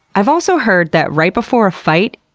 i've also heard that right before a fight,